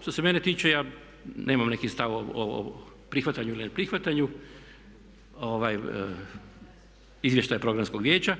Što se mene tiče ja nemam neki stav o prihvaćanju ili ne prihvaćanju izvještaj programskog vijeća